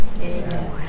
Amen